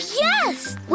yes